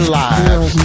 lives